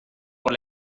por